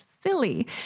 silly